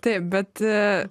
taip bet